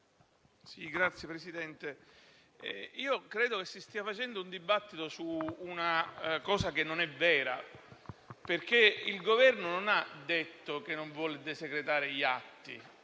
credo che si stia facendo un dibattito su una cosa che non è vera. Il Governo non ha detto che non vuole desecretare gli atti,